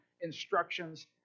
instructions